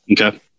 Okay